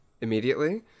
immediately